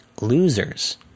losers